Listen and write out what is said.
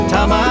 Time